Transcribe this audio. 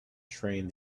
train